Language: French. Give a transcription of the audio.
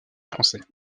français